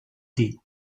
did